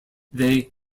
they